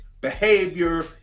behavior